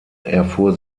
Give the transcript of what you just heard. erfuhr